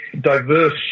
diverse